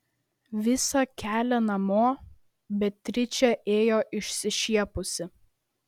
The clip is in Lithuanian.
visą kelią namo beatričė ėjo išsišiepusi